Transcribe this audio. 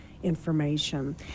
information